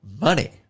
money